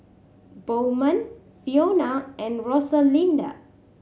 Bowman Fiona and Rosalinda